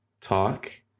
talk